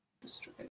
destroyed